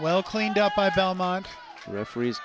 well cleaned up by belmont referees